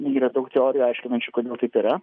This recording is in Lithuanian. yra daug teorijų aiškinančių kodėl taip yra